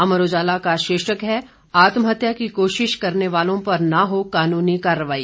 अमर उजाला का शीर्षक है आत्महत्या की कोशिश करने वालों पर न हो कानूनी कार्रवाई